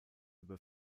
über